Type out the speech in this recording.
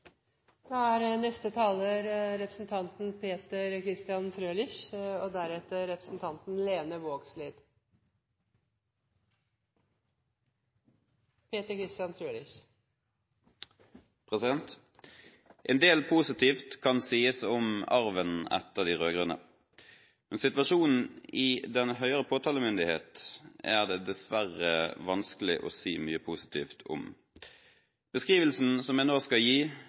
En del positivt kan sies om arven etter de rød-grønne. Men situasjonen i den høyere påtalemyndighet er det dessverre vanskelig å si mye positivt om. Beskrivelsen som jeg nå skal gi,